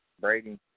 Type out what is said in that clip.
Brady